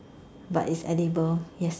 but it's edible yes